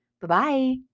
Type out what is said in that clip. Bye-bye